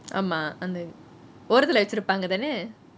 ஆமா அந்த ஓரத்துலே வெச்சிருப்பாங்கதானே:aama antha orathuleh vechirupaangethaane